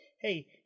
hey